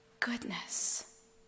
Goodness